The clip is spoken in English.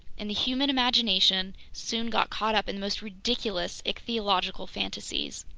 and the human imagination soon got caught up in the most ridiculous ichthyological fantasies.